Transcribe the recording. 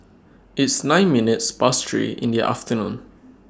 its nine minutes Past three in The afternoon